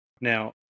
Now